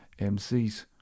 MCs